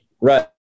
Right